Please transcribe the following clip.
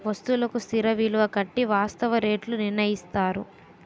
వస్తువుకు స్థిర విలువ కట్టి వాస్తవ రేట్లు నిర్ణయిస్తారు